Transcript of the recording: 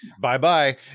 Bye-bye